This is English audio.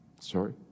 Sorry